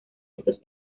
estos